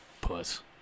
puss